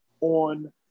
on